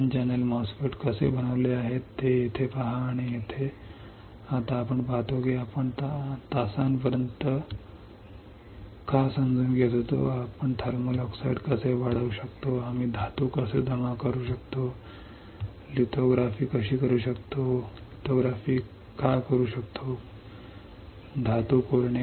N channel MOSFET कसे बनवले आहे ते येथे पहा आणि येथे आता आपण पाहतो की आपण तासांपर्यंत का समजून घेत होतो आपण थर्मल ऑक्साईड कसे वाढवू शकतो आम्ही धातू कसे जमा करू शकतो लिथोग्राफी कशी करू शकतो लिथोग्राफी का करू शकतो का करू शकतो धातू खोदणे